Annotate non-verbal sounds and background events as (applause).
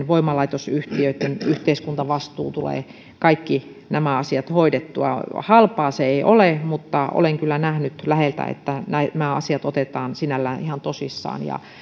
(unintelligible) voimalaitosyhtiöitten yhteiskuntavastuun kannalta tulevat kaikki nämä asiat hoidettua halpaa se ei ole mutta olen kyllä nähnyt läheltä että nämä asiat otetaan sinällään ihan tosissaan ja